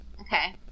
Okay